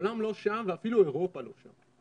העולם לא שם ואפילו אירופה לא שם.